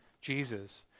jesus